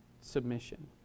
submission